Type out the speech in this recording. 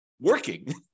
working